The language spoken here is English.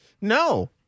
No